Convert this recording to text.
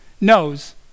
knows